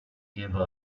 give